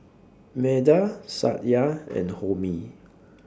Medha Satya and Homi